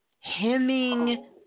hemming